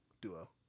Duo